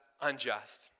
unjust